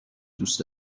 دوست